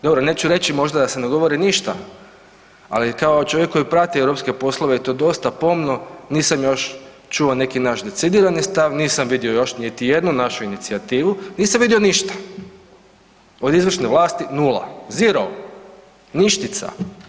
Dobro, neću reći da se ne govori ništa, ali kao čovjek koji prati europske poslove i to dosta pomno, nisam još čuo naš neki decidirani stav, nisam vidio još niti jednu našu inicijativu, nisam vidio ništa od izvršne vlasti nula, zero, ništica.